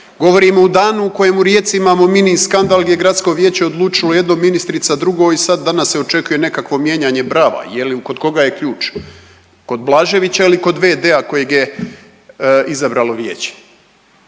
Govorimo u dana u kojem u Rijeci imamo mini skandal gdje je gradsko vijeće odlučilo jedno, ministrica drugo i sad danas se očekuje nekakvo mijenjanje brava je li, kod koga je ključ, kod Blaževića ili kod v.d.-a kojeg je izabralo vijeće.